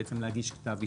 להגיש כתב אישום.